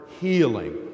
healing